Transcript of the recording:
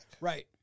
Right